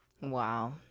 Wow